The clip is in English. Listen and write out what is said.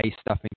stuffing